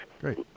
Great